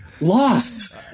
lost